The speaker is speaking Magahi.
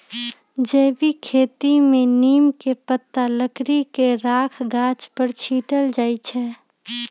जैविक खेती में नीम के पत्ता, लकड़ी के राख गाछ पर छिट्ल जाइ छै